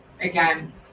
again